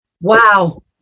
Wow